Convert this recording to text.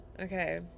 okay